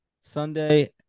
Sunday